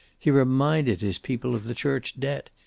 he reminded his people of the church debt.